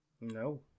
No